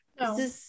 No